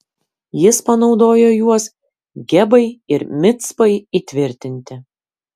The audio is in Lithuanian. jis panaudojo juos gebai ir micpai įtvirtinti